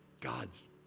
God's